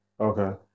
Okay